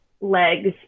legs